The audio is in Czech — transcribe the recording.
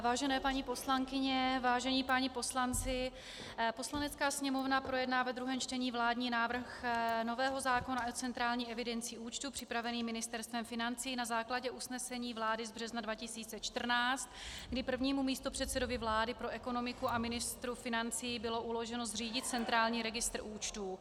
Vážené paní poslankyně, vážení páni poslanci, Poslanecká sněmovna projedná ve druhém čtení vládní návrh nového zákona o centrální evidenci účtů připravený Ministerstvem financí na základě usnesení vlády z března 2014, kdy prvnímu místopředsedovi vlády pro ekonomiku a ministru financí bylo uloženo zřídit centrální registr účtů.